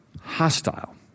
Hostile